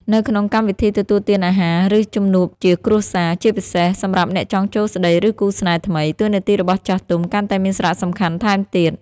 នៅក្នុងកម្មវិធីទទួលទានអាហារ ឬ ជំនួបជាគ្រួសារ ជាពិសេសសម្រាប់អ្នកចង់ចូលស្តី ឬ គូស្នេហ៍ថ្មី តួនាទីរបស់ចាស់ទុំកាន់តែមានសារៈសំខាន់ថែមទៀត។